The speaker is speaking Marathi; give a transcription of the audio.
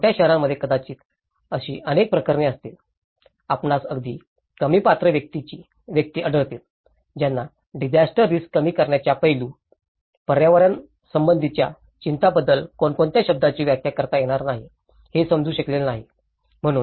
छोट्या शहरांमध्ये कदाचित अशी अनेक प्रकरणे असतील आपणास अगदी कमी पात्र व्यक्ती आढळतील ज्यांना डिजास्टर रिस्क कमी करण्याच्या पैलू पर्यावरणासंबंधीच्या चिंतांबद्दल कोणकोणत्या शब्दाची व्याख्या करता येणार नाही हे समजू शकलेले नाही